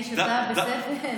אני שותה בספל,